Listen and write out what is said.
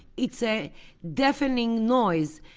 it's a deafening noise.